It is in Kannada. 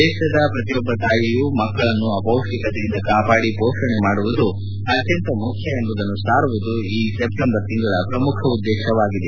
ದೇಶದ ಪ್ರತಿಯೊಬ್ಬ ತಾಯಿಯು ಮಕ್ಕಳನ್ನು ಅಪೌಷ್ಷಿಕತೆಯಿಂದ ಕಾಪಾಡಿ ಪೋಷಣೆ ಮಾಡುವುದು ಅತ್ವಂತ ಮುಖ್ಯ ಎಂಬುದನ್ನು ಸಾರುವುದು ಈ ಸೆಪ್ಲೆಂಬರ್ ತಿಂಗಳ ಪ್ರಮುಖ ಉದ್ದೇಶವಾಗಿದೆ